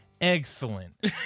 excellent